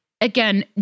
Again